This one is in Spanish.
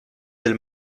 del